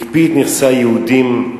הקפיא את נכסי היהודים,